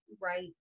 Right